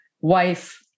wife